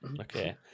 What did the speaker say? Okay